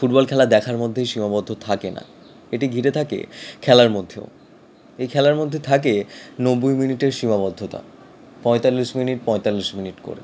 football খেলা দেখার মধ্যেই সীমাবদ্ধ থাকে না এটি ঘিরে থাকে খেলার মধ্যেও এই খেলার মধ্যে থাকে নব্বই মিনিটের সীমাবদ্ধতা পঁয়তাল্লিশ মিনিট পঁয়তাল্লিশ মিনিট করে